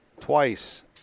twice